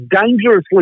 dangerously